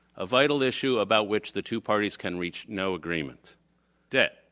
a vital issue about which the two parties can reach no agreement debt,